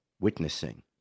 witnessing